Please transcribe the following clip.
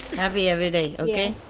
happy every day, okay.